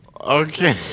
Okay